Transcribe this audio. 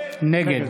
נגד